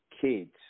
kids